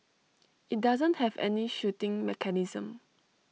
IT doesn't have any shooting mechanism